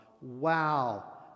wow